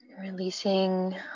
Releasing